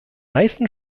meisten